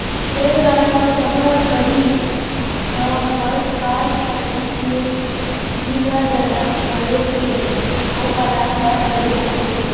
रेलगाड़ी म सफर करइ ह बस, कार, फटफटी ले सुबिधाजनक घलोक हे अउ अरामदायक घलोक होथे